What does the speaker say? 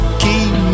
keep